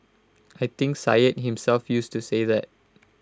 I think Syed himself used to say that